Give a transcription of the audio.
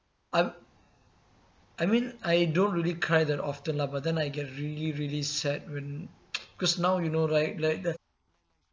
I'm I mean I don't really cry that often lah but then I get really really sad when because now you know right like the